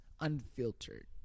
unfiltered